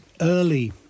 early